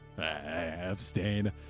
abstain